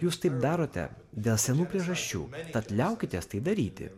jūs taip darote dėl senų priežasčių tad liaukitės tai daryti